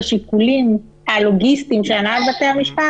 השיקולים הלוגיסטיים של הנהלת בתי המשפט